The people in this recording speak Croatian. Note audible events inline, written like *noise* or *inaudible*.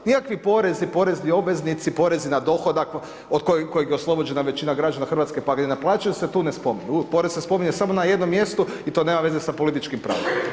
Nikakvi porezi, porezni obveznici, porezi na dohodak od kojih je oslobođena većina građana Hrvatske pa ga ... *unintelligible* tu se spominje, porez se spominje samo na jednom mjestu i to nema veze sa političkim pravom.